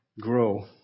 grow